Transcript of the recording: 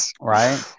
Right